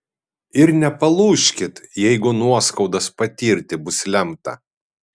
ir nepalūžkit jeigu nuoskaudas patirti bus lemta